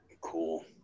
Cool